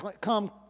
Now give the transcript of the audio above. come